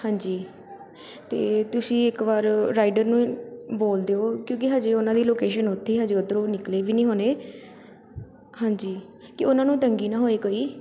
ਹਾਂਜੀ ਤਾਂ ਤੁਸੀਂ ਇੱਕ ਵਾਰ ਰਾਈਡਰ ਨੂੰ ਬੋਲ ਦਿਓ ਕਿਉਂਕਿ ਹਜੇ ਉਹਨਾਂ ਦੀ ਲੋਕੇਸ਼ਨ ਉੱਥੇ ਹੀ ਹਜੇ ਉੱਧਰੋਂ ਉਹ ਨਿਕਲੇ ਵੀ ਨਹੀਂ ਹੋਣੇ ਹਾਂਜੀ ਕਿ ਉਹਨਾਂ ਨੂੰ ਤੰਗੀ ਨਾ ਹੋਏ ਕੋਈ